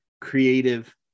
creative